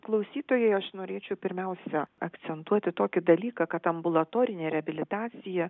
klausytojai aš norėčiau pirmiausia akcentuoti tokį dalyką kad ambulatorinė reabilitacija